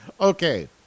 Okay